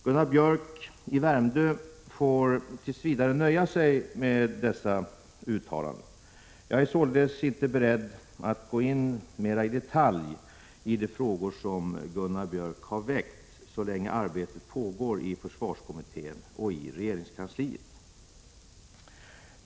Gunnar Biörck i Värmdö får tills vidare nöja sig med detta uttalande. Jag är således inte beredd att mera i detalj gå in på de frågor som Gunnar Biörck har väckt, så länge som det aktuella arbetet pågår inom försvarskommittén och regeringskansliet.